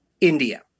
India